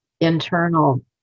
internal